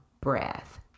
breath